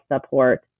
support